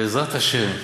בעזרת השם.